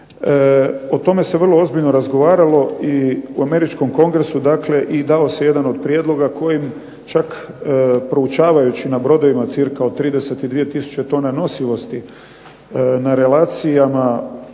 O tome se vrlo ozbiljno razgovaralo u Američkom kongresu, dakle, dao se jedan od prijedloga koji proučavajući na brodovima cirka od 32 tisuće tona nosivosti, na relacijama